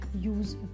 use